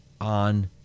on